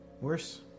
Worse